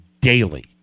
daily